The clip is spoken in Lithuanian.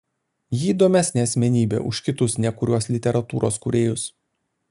ji įdomesnė asmenybė už kitus nekuriuos literatūros kūrėjus